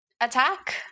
attack